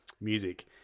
music